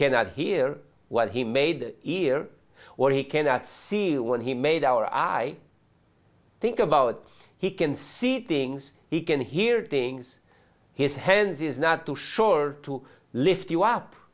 cannot hear what he made ear or he cannot see when he made our i think about he can see things he can hear things his hands is not too sure to lift you up